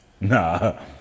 Nah